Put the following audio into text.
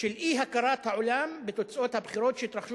של אי-הכרת העולם בתוצאות הבחירות שהתרחשו